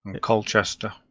Colchester